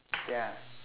ya